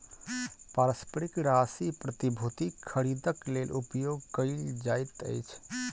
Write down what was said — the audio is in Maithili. पारस्परिक राशि प्रतिभूतिक खरीदक लेल उपयोग कयल जाइत अछि